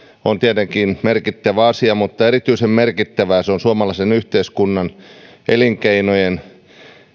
on tietenkin merkittävä asia mutta erityisen merkittävää se on suomalaisen yhteiskunnan elinkeinojen